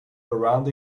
around